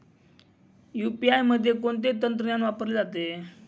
UPI मध्ये कोणते तंत्रज्ञान वापरले जाते?